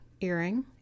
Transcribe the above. earring